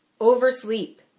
Oversleep